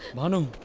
banu!